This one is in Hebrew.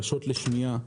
קשות לשמיעה,